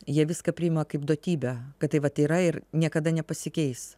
jie viską priima kaip duotybę kad tai vat yra ir niekada nepasikeis